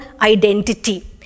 identity